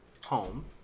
home